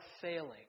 failing